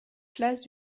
classe